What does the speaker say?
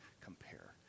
compare